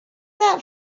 that